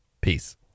Peace